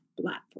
platform